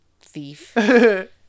thief